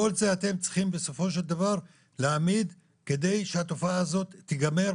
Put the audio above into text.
כל זה אתם צריכים בסופו של דבר להעמיד כדי שהתופעה הזאת תיגמר